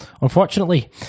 unfortunately